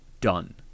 done